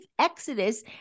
exodus